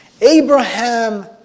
Abraham